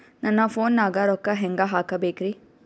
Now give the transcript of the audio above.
ನನ್ನ ಫೋನ್ ನಾಗ ರೊಕ್ಕ ಹೆಂಗ ಹಾಕ ಬೇಕ್ರಿ?